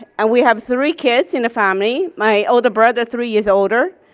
and we have three kids in the family, my older brother three years older,